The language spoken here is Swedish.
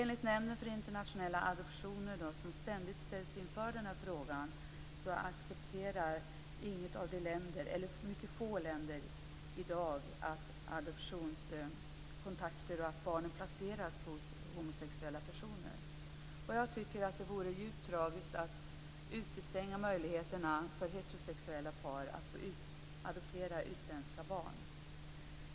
Enligt Nämnden för internationella adoptioner, som ständigt ställs inför denna fråga, accepterar mycket få länder i dag att barn placeras hos homosexuella personer. Jag tycker att det vore djupt tragiskt att utestänga möjligheterna för heterosexuella par att få adoptera utländska barn.